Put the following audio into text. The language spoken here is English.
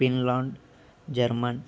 Finland Germany